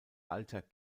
alter